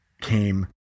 came